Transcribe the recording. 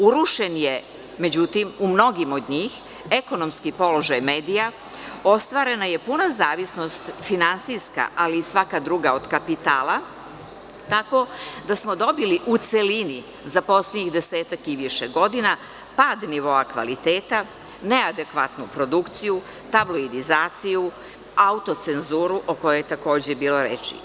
Urušen je, međutim, u mnogim od njih ekonomski položaj medija, ostvarena je puna zavisnost, finansijska, ali i svaka druga, od kapitala, tako da smo dobili u celini za poslednjih 10-ak i više godina pad nivoa kvaliteta, neadekvatnu produkciju, tabloidizaciju, auto-cenzuru, o kojoj je takođe bilo reči.